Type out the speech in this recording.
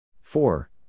four